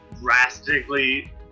drastically